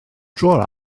dro